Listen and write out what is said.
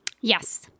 Yes